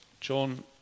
John